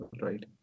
Right